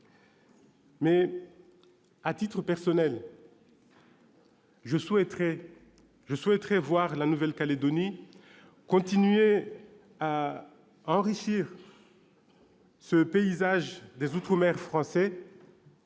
étant, à titre personnel, je souhaite que la Nouvelle-Calédonie continue à enrichir le paysage des outre-mer français